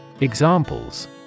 Examples